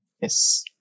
Yes